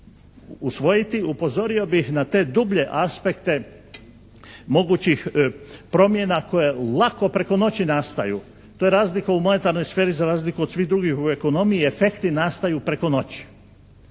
usvojiti, upozorio bih na te dublje aspekte mogućih promjena koje lako preko noći nastaju. To je razlika u monetarnoj sferi za razliku od svih drugih u ekonomiji, efekti nastaju preko noći.